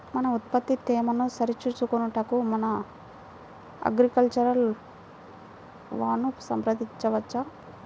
మన ఉత్పత్తి తేమను సరిచూచుకొనుటకు మన అగ్రికల్చర్ వా ను సంప్రదించవచ్చా?